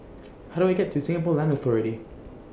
How Do I get to Singapore Land Authority